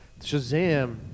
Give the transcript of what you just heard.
Shazam